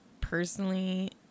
personally